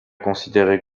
considérés